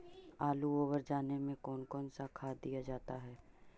आलू ओवर जाने में कौन कौन सा खाद दिया जाता है?